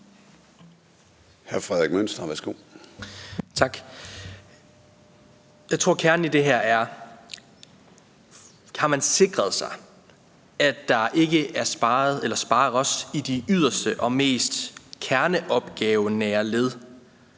Jeg tror, kernen i det her er: Har man sikret sig, at der ikke er sparet eller spares i de yderste og mest kerneopgavenære led,